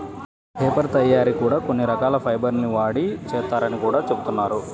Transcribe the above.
paper తయ్యారీ కూడా కొన్ని రకాల ఫైబర్ ల్ని వాడి చేత్తారని గూడా జెబుతున్నారు